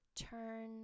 turn